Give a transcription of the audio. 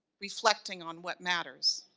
reflecting on what matters.